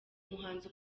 umuhanzi